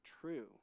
true